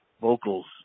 vocals